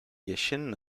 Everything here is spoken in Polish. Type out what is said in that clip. jesienne